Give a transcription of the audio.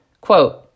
Quote